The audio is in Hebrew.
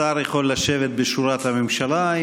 השר יכול לשבת בשורת הממשלה,